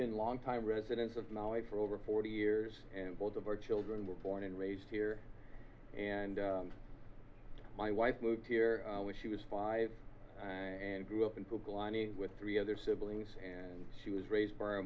been longtime residents of maui for over forty years and both of our children were born and raised here and my wife moved here when she was five and grew up until glenny with three other siblings and she was raised by a